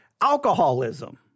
alcoholism